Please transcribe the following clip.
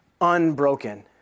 unbroken